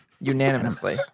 Unanimously